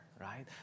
right